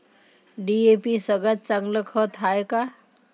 DAP सगळ्यात चांगलं खत हाये का?